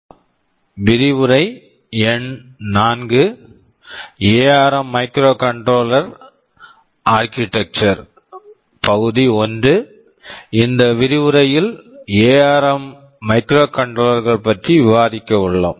இந்த விரிவுரையில் ARM ARM microcontroller microcontroller கள் பற்றி விவாதிக்க உள்ளோம்